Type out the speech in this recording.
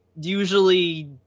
usually